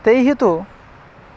तैः तु